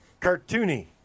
cartoony